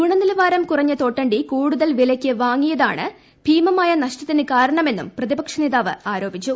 ഗുണനിലവാരം കുറഞ്ഞ തോട്ടണ്ടി കൂടുതൽ വിലയ്ക്ക് വാങ്ങിയതാണ് ഭീമമായ നഷ്ടത്തിന് കാരണമെന്നും പ്രതിപക്ഷ നേതാവ് ആരോപിച്ചു